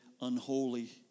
unholy